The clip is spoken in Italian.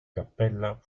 cappella